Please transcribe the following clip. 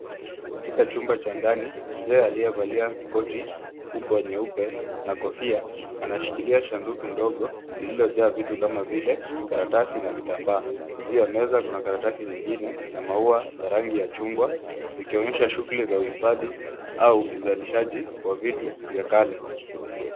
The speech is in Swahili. Katika chumba cha ndani mzee aliyevalia koti kubwa nyeupe na kofia anashikilia sanduku ndogo lililojaa vitu kama vile karatasi na vitambaa. Juu ya meza kuna karatasi nyingine na maua za rangi ya chungwa, zikionyesha shughuli za uhifadhi au uzalishaji wa vitu vya kale.